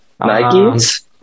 Nikes